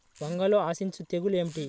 వంగలో ఆశించు తెగులు ఏమిటి?